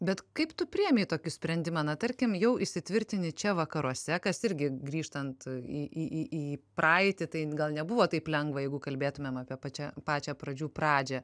bet kaip tu priėmei tokį sprendimą na tarkim jau įsitvirtini čia vakaruose kas irgi grįžtant į praeitį tai gal nebuvo taip lengva jeigu kalbėtumėm apie pačią pačią pradžių pradžią